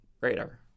radar